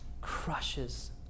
crushes